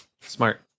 Smart